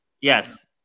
Yes